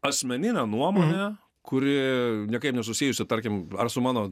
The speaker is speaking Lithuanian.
asmeninę nuomonę kuri niekaip nesusijusi tarkim ar su mano